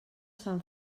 sant